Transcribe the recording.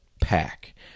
pack